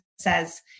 says